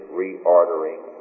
reordering